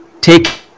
take